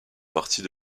partie